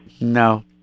No